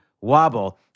wobble